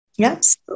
Yes